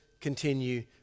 continue